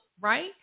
right